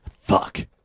Fuck